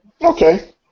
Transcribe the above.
Okay